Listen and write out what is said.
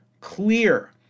clear